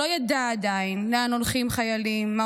// שלא ידע עדיין / לאן הולכים חיילים / מה